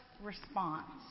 response